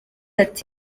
ati